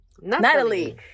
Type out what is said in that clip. Natalie